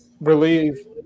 relieve